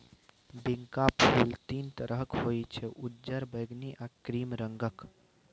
बिंका फुल तीन तरहक होइ छै उज्जर, बैगनी आ क्रीम रंगक